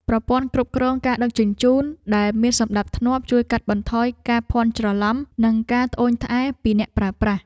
ប្រព័ន្ធគ្រប់គ្រងការដឹកជញ្ជូនដែលមានសណ្តាប់ធ្នាប់ជួយកាត់បន្ថយការភាន់ច្រឡំនិងការត្អូញត្អែរពីអ្នកប្រើប្រាស់។